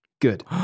Good